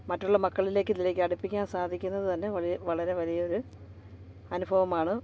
മറ്റുള്ള മക്കൾലേക്ക് ഇതിലേക്കടുപ്പിക്കാൻ സാധിക്കുന്നത് തന്നെ വലിയ വളരെ വലിയൊരു അനുഭവമാണ്